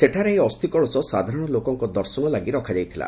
ସେଠାରେ ଏହି ଅସ୍ତି କଳସ ସାଧାରଣ ଲୋକଙ୍ଙ ଦର୍ଶନ ପାଇଁ ରଖାଯାଇଥିଲା